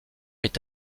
est